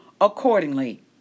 accordingly